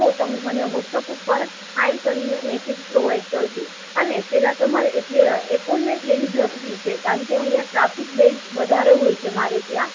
તો તમે મને વોટ્સપ ઉપર હાઇ કરીને મેસેજ પ્રોવાઇડ કરજો અને પેલા તમારે અપોઇમેન્ટ લેવી જરૂરી છે કારણકે અહીં ટ્રાફિક બેઝ વધારે હોય છે મારે ત્યાં